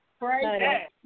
Right